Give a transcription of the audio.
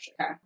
Okay